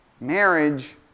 Marriage